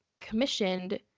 commissioned